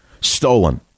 Stolen